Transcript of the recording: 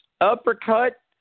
uppercut